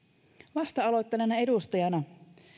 vasta aloittaneena edustajana